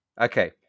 Okay